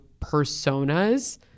personas